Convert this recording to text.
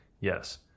Yes